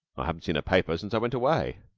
i haven't seen a paper since i went away.